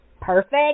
Perfect